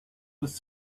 was